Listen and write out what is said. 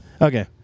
Okay